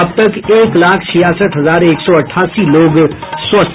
अब तब एक लाख छियासठ हजार एक सौ अठासी लोग स्वस्थ